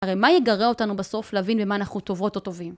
הרי מה יגרה אותנו בסוף להבין במה אנחנו טובות או טובים?